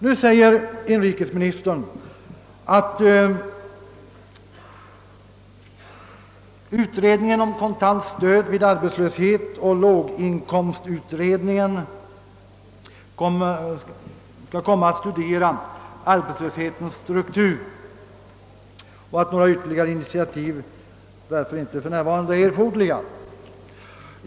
Nu säger inrikesministern, att utredningen om kontant stöd vid arbetslöshet och låginkomstutredningen kommer att studera arbetslöshetens struktur och att några ytterligare initiativ därför inte är erforderliga för närvarande.